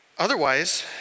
Otherwise